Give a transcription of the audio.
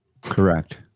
Correct